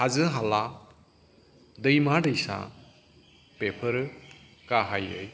हाजो हाला दैमा दैसा बेफोरो गाहायै